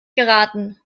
geraten